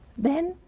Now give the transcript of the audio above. then